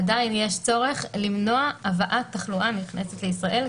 עדיין יש צורך למנוע הבאת תחלואה נכנסת לישראל,